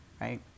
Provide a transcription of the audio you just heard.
right